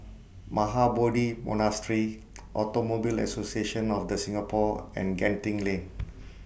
Mahabodhi Monastery Automobile Association of The Singapore and Genting Lane